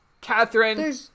Catherine